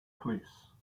police